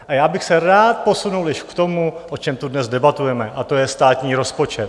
A já bych se rád posunul již k tomu, o čem tu dnes debatujeme, a to je státní rozpočet.